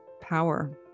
power